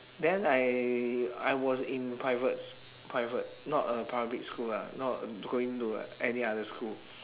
then I I was in private s~ private not a public school lah not going to any other school